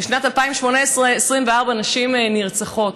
בשנת 2018 24 נשים נרצחות.